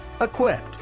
equipped